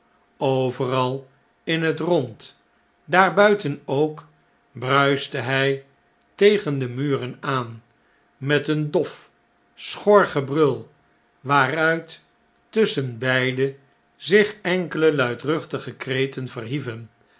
overal in het rond daarbuiten ook bruiste hjj tegen de muren aan met een dof schor gebrul waaruit tusschenbeide zich enkele luidruchtige kreten verhieven